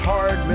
Hard